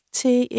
til